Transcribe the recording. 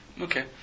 okay